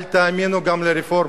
אל תאמינו גם לרפורמות,